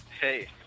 hey